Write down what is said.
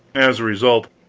as a result,